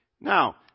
Now